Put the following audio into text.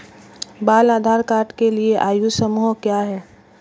बाल आधार कार्ड के लिए आयु समूह क्या है?